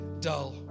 dull